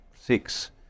six